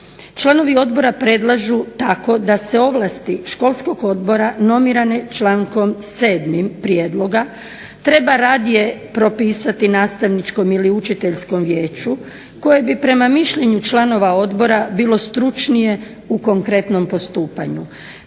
Članovi odbora predlažu tako da se ovlasti školskog odbora normirane člankom 7. prijedloga treba radije propisati nastavničkom ili učiteljskom vijeću koje bi prema mišljenju članova odbora bilo stručnije u konkretnom postupanju.